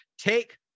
Take